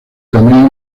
cameo